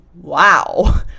Wow